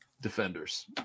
defenders